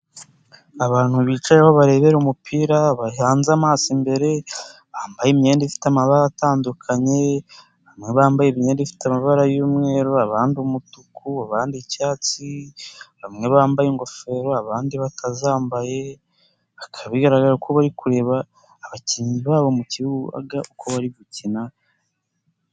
Abantu bicayeho barebera umupira, bahanze amaso imbere, bambaye imyenda ifite amabara atandukanye, bambaye imyenda ifite amabara y'umweru, abandi umutuku, abandi icyatsi, bamwe bambaye ingofero, abandi batazambaye, bigaragara ko bari kureba abakinnyi babo mu kibuga uko bari gukina.